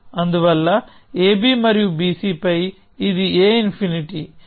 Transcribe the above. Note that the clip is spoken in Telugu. అందువల్ల AB మరియు BC పై ఇది a∞